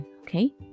Okay